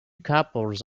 couples